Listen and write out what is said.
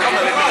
ירד,